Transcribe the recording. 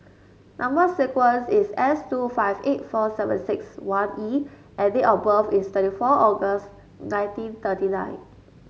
number sequence is S two five eight four seven six one E and date of birth is twenty four August nineteen thirty nine